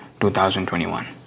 2021